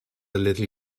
little